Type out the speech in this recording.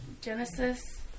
Genesis